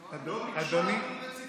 לא ביקשו עליו דין רציפות?